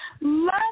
Love